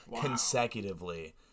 consecutively